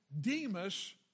Demas